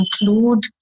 include